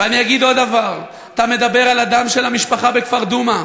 ואני אגיד עוד דבר: אתה מדבר על הדם של המשפחה בכפר דומא,